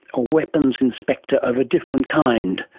a weapons inspector of a different kind,